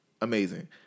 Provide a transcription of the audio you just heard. Amazing